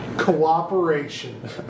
Cooperation